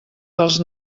dels